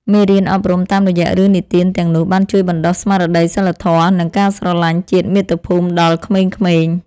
មេរៀនអប់រំតាមរយៈរឿងនិទានទាំងនោះ បានជួយបណ្ដុះស្មារតីសីលធម៌ និងការស្រឡាញ់ជាតិមាតុភូមិដល់ក្មេងៗ។